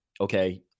okay